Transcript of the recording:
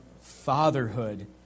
fatherhood